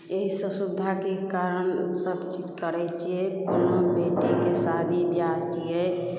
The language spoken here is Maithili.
एहि सब सुविधाके कारण हमसभ करै छिए कोनो बेटीके शादी बिआह छिए